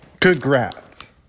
Congrats